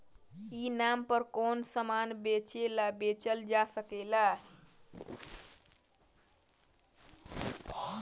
ई नाम पर कौन कौन समान बेचल जा सकेला?